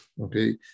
okay